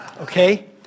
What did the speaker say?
Okay